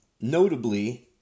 notably